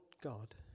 God